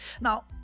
now